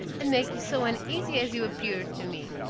and make you so uneasy as you appeared to me.